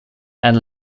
and